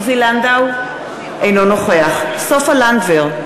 אינו נוכח סופה לנדבר,